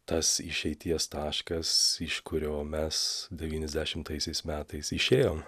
tas išeities taškas iš kurio mes devyniasdešimtaisiais metais išėjom